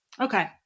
Okay